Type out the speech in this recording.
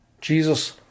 Jesus